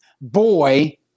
boy